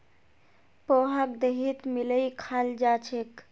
पोहाक दहीत मिलइ खाल जा छेक